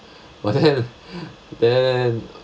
but then then